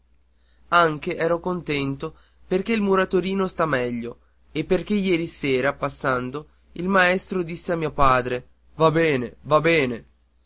anche ero contento perché il muratorino sta meglio e perché ieri sera passando il maestro disse a mio padre va bene va bene